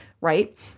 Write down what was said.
right